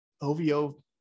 OVO